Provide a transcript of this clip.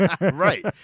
Right